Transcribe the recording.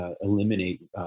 eliminate